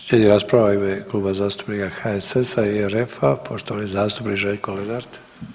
Slijedi rasprava u ime Kluba zastupnika HSS-a i RF-a, poštovani zastupnik Željko Lenart.